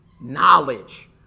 knowledge